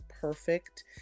perfect